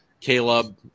Caleb